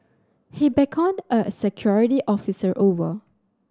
he beckoned a security officer over